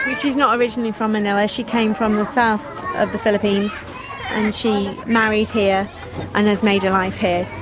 she's not originally from manila, she came from the south of the philippines and she married here and has made a life here.